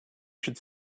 should